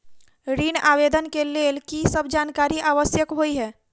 ऋण आवेदन केँ लेल की सब जानकारी आवश्यक होइ है?